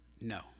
No